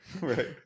Right